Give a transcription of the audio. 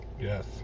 Yes